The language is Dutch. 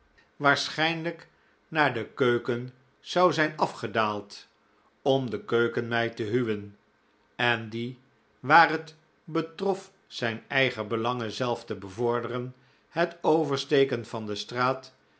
waarschijnlijk naar de keuken zou zijn afgedaald om de keukenmeid te huwen en die waar het betrof zijn eigen belangen zelf te bevorderen het oversteken van de straat